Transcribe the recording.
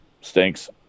stinks